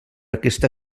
aquesta